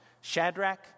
Shadrach